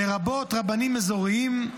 לרבות רבנים אזוריים,